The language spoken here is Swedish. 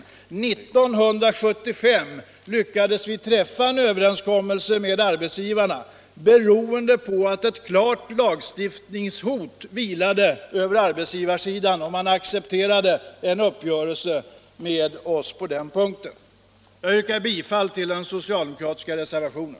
År 1975 lyckades vi träffa en överenskommelse med arbetsgivarna beroende på att lagstiftning hotade, och arbetsgivarsidan accepterade då en uppgörelse med oss på den punkten. Jag yrkar bifall till den socialdemokratiska reservationen.